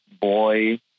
boy